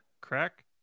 Crack